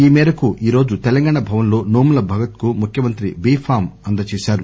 ఈ మేరకు ఈ రోజు తెలంగాణ భవన్ లో నోముల భగత్ కు ముఖ్యమంత్రి బిఫారమ్ అందజేశారు